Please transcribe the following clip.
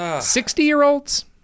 Sixty-year-olds